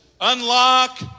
Unlock